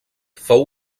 fou